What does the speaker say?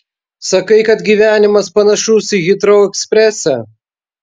sakai kad gyvenimas panašus į hitrou ekspresą